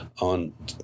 on